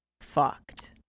fucked